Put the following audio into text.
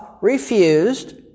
refused